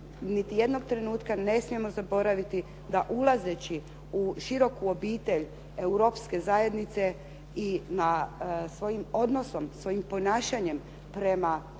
niti jednog trenutka ne smijemo zaboraviti da ulazeći u široku obitelj Europske zajednice i na svojim odnosom, svojim ponašanjem prema